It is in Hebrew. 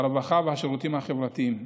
הרווחה והשירותים החברתיים.